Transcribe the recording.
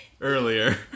earlier